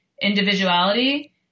individuality